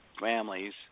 families